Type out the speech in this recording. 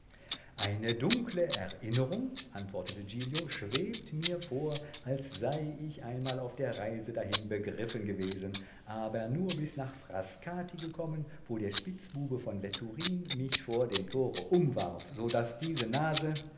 eine dunkle erinnerung antwortete giglio schwebt mir vor als sei ich einmal auf der reise dahin begriffen gewesen aber nur bis nach fraskati gekommen wo der spitzbube von vetturin mich vor dem tore umwarf so daß diese nase